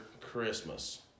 Christmas